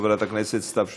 חברת הכנסת סתיו שפיר,